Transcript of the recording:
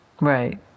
Right